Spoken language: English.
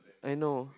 I know